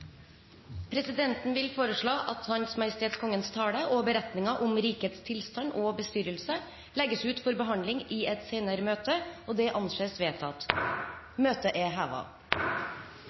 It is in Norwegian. Presidenten vil foreslå at Hans Majestet Kongens tale og beretningen om rikets tilstand og bestyrelse legges ut for behandling i et senere møte. – Det anses vedtatt.